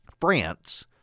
France